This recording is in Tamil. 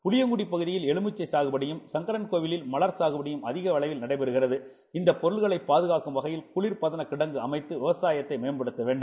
புளியங்குடிபகுதியில்எலுமிச்சை சாகுபடியும் சங்கரன்கோவிலில்மலர்சாகுபடியும்அதிகஅளவில்நடைபெ றுகிறதுஇந்தபொருட்களைபாதுகாக்கும்வகையில்குளிர்பத னகிடங்கும்அமைத்துவிவசாயத்தைமேம்படுத்தவேண்டும்